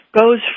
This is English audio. goes